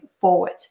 forward